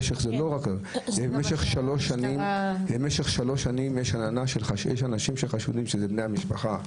במשך שלוש שנים יש אנשים שחשודים, שזה בני המשפחה.